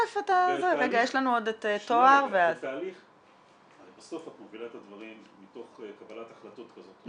הרי בסוף את מובילה את הדברים מתוך קבלת החלטות כזאת או אחרת.